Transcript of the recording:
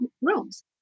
rooms